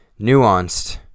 nuanced